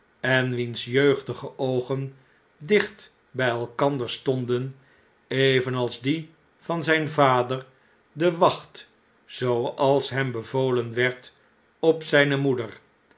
en wiens jeugdige oogen dicht bij elkander stonden evenals die van zjjn vader de wacht zooals hem bevolen werd op zjjne moeder